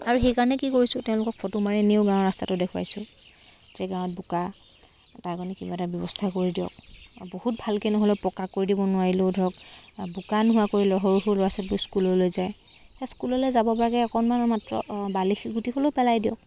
আৰু সেইকাৰণে কি কৰিছোঁ তেওঁলোকক ফটো মাৰি নিও গাঁৱৰ ৰাস্তাটো দেখুৱাইছোঁ যে গাঁৱত বোকা তাৰ কাৰণে কিবা এটা ব্যৱস্থা কৰি দিয়ক বহুত ভালকৈ নহ'লেও পকা কৰি দিব নোৱাৰিলেও ধৰক বোকা নোহোৱাকৈ ল সৰু সৰু ল'ৰা ছোৱালীবোৰ স্কুললৈ যায় সেই স্কুললৈ যাব পৰাকৈ অকণমান মাত্ৰ বালি শিলগুটি হ'লেও পেলাই দিয়ক